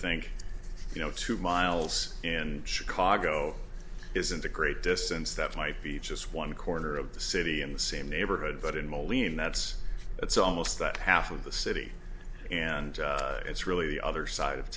think you know two miles in chicago isn't a great distance that might be just one corner of the city in the same neighborhood but in moline that's it's almost that half of the city and it's really the other side of